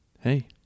Hey